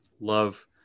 love